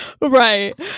Right